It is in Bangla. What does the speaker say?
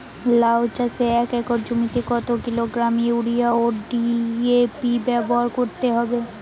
লাউ চাষে এক একর জমিতে কত কিলোগ্রাম ইউরিয়া ও ডি.এ.পি ব্যবহার করতে হবে?